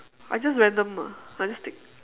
I just random ah I just take